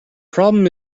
problem